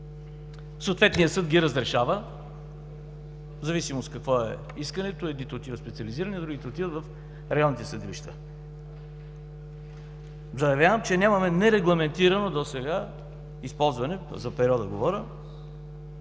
Съответният съд ги разрешава в зависимост какво е искането – едните отиват в специализираните, другите отиват в районните съдилища. Заявявам, че досега нямаме нерегламентирано използване на – за периода говоря,